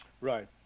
right